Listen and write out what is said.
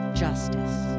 justice